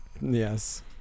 Yes